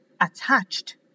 attached